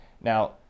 Now